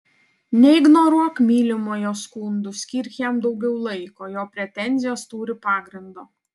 neignoruok mylimojo skundų skirk jam daugiau laiko jo pretenzijos turi pagrindo